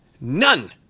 none